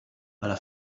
alla